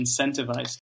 incentivized